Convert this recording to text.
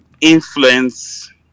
Influence